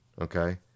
okay